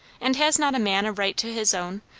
and has not a man a right to his own,